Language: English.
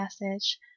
message